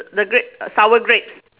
the gra~ sour grapes